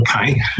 okay